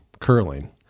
curling